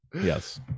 Yes